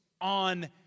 on